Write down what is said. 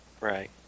Right